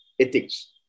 Ethics